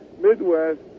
Midwest